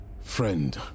friend